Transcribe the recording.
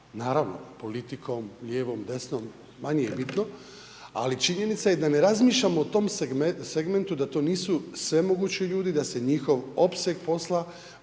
Naravno politikom, lijevom, desnom, manje je bitno ali činjenica je da ne razmišljamo o tom segmentu da to nisu svemogući ljudi da se njihov opseg posla